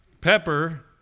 Pepper